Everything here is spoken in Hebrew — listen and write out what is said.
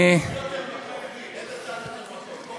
אני, איזה צד יותר מתוק?